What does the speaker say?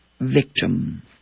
victim